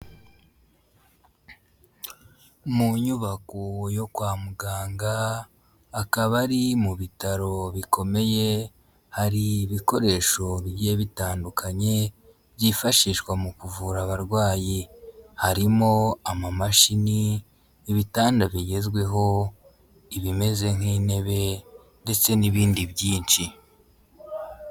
Mu nyubako yo kwa muganga, akaba ari mu bitaro bikomeye, hari ibikoresho bigiye bitandukanye byifashishwa mu kuvura abarwayi, harimo amamashini, ibitanda bigezweho, ibimeze nk'intebe ndetse n'ibindi byinshi.